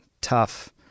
tough